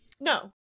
No